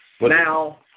Now